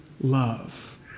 Love